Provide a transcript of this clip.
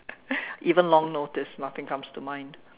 even long notice nothing comes to mind